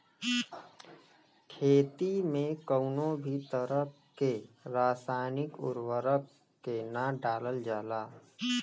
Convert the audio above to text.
खेती में कउनो भी तरह के रासायनिक उर्वरक के ना डालल जाला